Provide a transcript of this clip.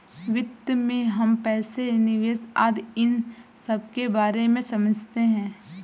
वित्त में हम पैसे, निवेश आदि इन सबके बारे में समझते हैं